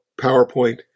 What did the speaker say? PowerPoint